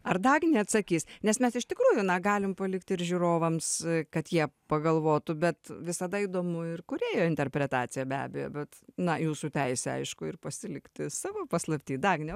ar dagnė atsakys nes mes iš tikrųjų na galim palikti ir žiūrovams kad jie pagalvotų bet visada įdomu ir kūrėjo interpretacija be abejo bet na jūsų teisė aišku ir pasilikti savo paslapty dagne